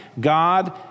God